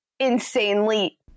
insanely